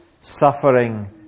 Suffering